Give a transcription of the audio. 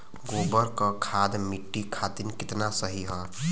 गोबर क खाद्य मट्टी खातिन कितना सही ह?